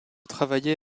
travailler